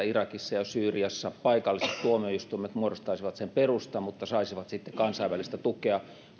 irakissa ja syyriassa paikalliset tuomioistuimet muodostaisivat sen perustan mutta saisivat sitten kansainvälistä tukea